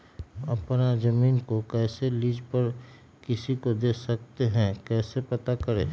अपना जमीन को कैसे लीज पर किसी को दे सकते है कैसे पता करें?